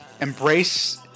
embrace